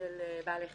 של בעלי חיים.